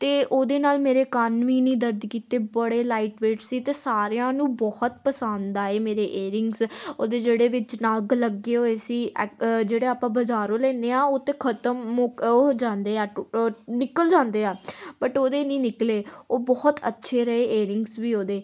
ਅਤੇ ਉਹਦੇ ਨਾਲ ਮੇਰੇ ਕੰਨ ਵੀ ਨਹੀਂ ਦਰਦ ਕੀਤੇ ਬੜੇ ਲਾਈਟ ਵੇਟ ਸੀ ਅਤੇ ਸਾਰਿਆਂ ਨੂੰ ਬਹੁਤ ਪਸੰਦ ਆਏ ਮੇਰੇ ਏਅਰਿੰਗਸ ਉਹਦੇ ਜਿਹੜੇ ਵਿੱਚ ਨਗ ਲੱਗੇ ਹੋਏ ਸੀ ਇੱਕ ਜਿਹੜੇ ਆਪਾਂ ਬਾਜ਼ਾਰੋਂ ਲੈਂਦੇ ਹਾਂ ਉਹ ਤਾਂ ਖ਼ਤਮ ਮੁਕ ਉਹ ਹੋ ਜਾਂਦੇ ਆ ਟੁ ਅ ਨਿਕਲ ਜਾਂਦੇ ਆ ਬਟ ਉਹਦੇ ਨਹੀਂ ਨਿਕਲੇ ਉਹ ਬਹੁਤ ਅੱਛੇ ਰਹੇ ਏਅਰਿੰਗਸ ਵੀ ਉਹਦੇ